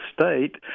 State